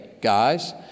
Guys